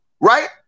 right